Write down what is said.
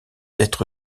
être